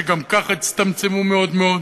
שגם כך הצטמצמו מאוד מאוד.